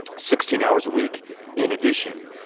sixteen hours a week in addition